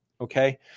okay